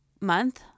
month